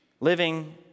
living